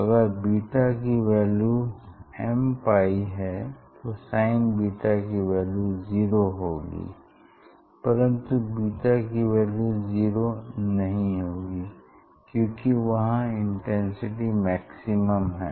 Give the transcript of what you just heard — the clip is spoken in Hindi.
अगर बीटा की वैल्यू mπ है तो sin बीटा की वैल्यू जीरो होगी परन्तु बीटा की वैल्यू जीरो नहीं होगी क्यूंकि वहाँ इंटेंसिटी मैक्सिमम है